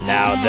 Now